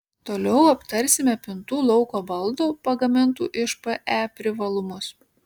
toliau aptarsime pintų lauko baldų pagamintų iš pe privalumus